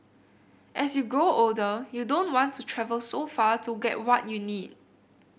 as you grow older you don't want to travel so far to get what you need